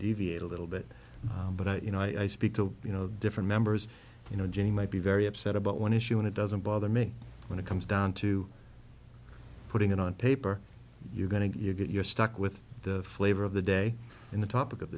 deviate a little bit but i you know i speak to you know different members you know jenny might be very upset about one issue and it doesn't bother me when it comes down to putting it on paper you're going to get you're stuck with the flavor of the day in the topic of